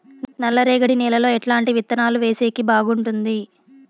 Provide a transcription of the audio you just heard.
నల్లరేగడి నేలలో ఎట్లాంటి విత్తనాలు వేసేకి బాగుంటుంది?